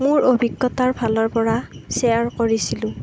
মোৰ অভিজ্ঞতাৰ ফালৰ পৰা শ্বেয়াৰ কৰিছিলো